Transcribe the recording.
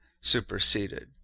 superseded